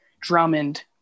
Drummond